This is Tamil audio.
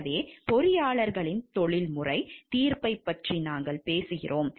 எனவே பொறியாளர்களின் தொழில்முறை தீர்ப்பைப் பற்றி நாங்கள் பேசுகிறோம்